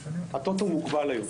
הטוטו מוגבל היום,